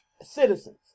citizens